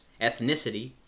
ethnicity